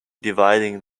dividing